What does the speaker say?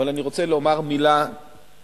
אבל אני רוצה לומר מלה על